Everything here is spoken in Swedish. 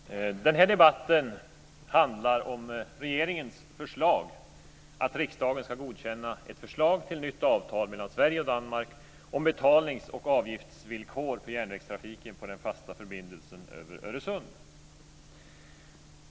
Fru talman! Den här debatten handlar om regeringens förslag att riksdagen ska godkänna ett förslag till nytt avtal mellan Sverige och Danmark om betalnings och avgiftsvillkor för järnvägstrafiken på den fasta förbindelsen över Öresund.